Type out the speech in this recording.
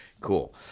Cool